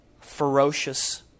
ferocious